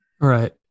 Right